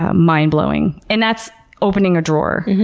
ah mind blowing. and that's opening a drawer!